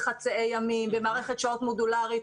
בחצאי ימים, במערכת שעות מודולרית.